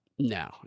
No